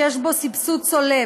שיש בו סבסוד צולב.